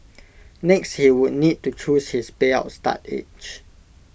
next he would need to choose his payout start age